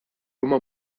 huma